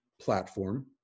platform